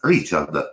Richard